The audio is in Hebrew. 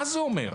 מה זה אומר?